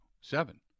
seven